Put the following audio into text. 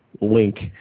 link